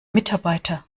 mitarbeiter